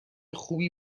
خوبی